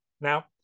now